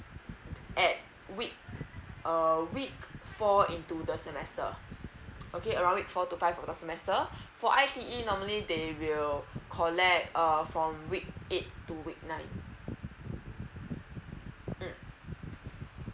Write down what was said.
at week uh week four into the semester okay around week four to five a semester for I_T_E normally they will collect from week eight to week nine mm